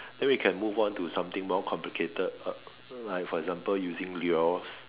then we can move on to something more complicated uh like for example using lures